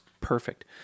perfect